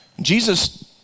Jesus